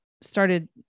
started